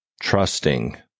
trusting